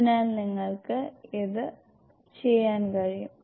അതിനാൽ നിങ്ങൾക്ക് ഇത് ചെയ്യാൻ കഴിയും